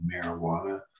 marijuana